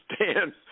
understand